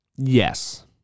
Yes